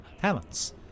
talents